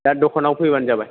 दा दखानाव फैबानो जाबाय